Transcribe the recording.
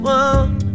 one